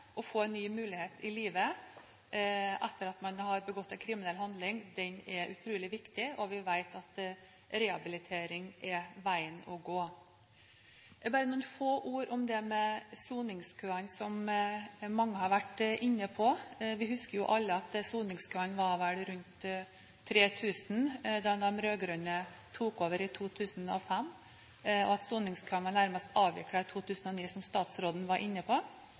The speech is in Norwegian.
og få en ny mulighet i livet etter at man har begått en kriminell handling, er utrolig viktig, og vi vet at rehabilitering er veien å gå. Noen få ord om soningskøene, som mange har vært inne på: Vi husker alle at soningskøen var rundt på 3 000 da de rød-grønne tok over i 2005, og at soningskøen nærmest var avviklet i 2009, som statsråden var inne på.